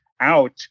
out